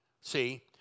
See